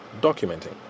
documenting